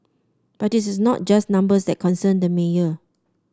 but it is not just numbers that concern the mayor